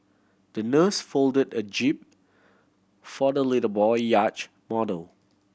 the nurse folded a jib for the little boy yacht model